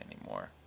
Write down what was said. anymore